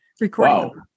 recording